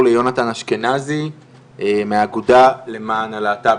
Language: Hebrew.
ליונתן אשכנזי מהאגודה למען הלהט"ב,